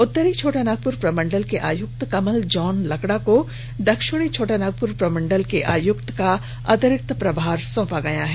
उत्तरी छोटानागपुर प्रमंडल के आयक्त कमल जॉन लकड़ा को दक्षिणी छोटानागपुर प्रमंडल के आयक्त का अतिरिक्त प्रभार सौंपा गया है